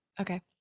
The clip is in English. okay